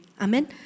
Amen